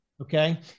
Okay